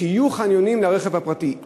שיהיו חניונים לרכב הפרטי.